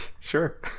Sure